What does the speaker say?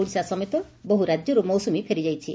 ଓଡ଼ିଶା ସମେତ ବହ୍ ରାଜ୍ୟରୁ ମୌସ୍ୱମୀ ଫେରିଯାଇଛି